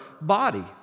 body